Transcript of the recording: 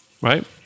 right